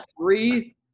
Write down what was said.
three